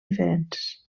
diferents